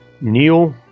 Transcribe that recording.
Neil